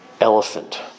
elephant